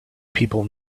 people